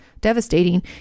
devastating